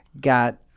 got